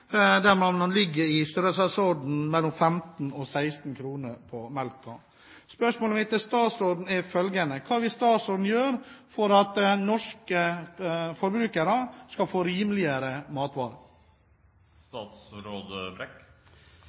størrelsesorden 15–16 kr. Spørsmålet mitt til statsråden er følgende: Hva vil statsråden gjøre for at norske forbrukere skal få rimeligere matvarer?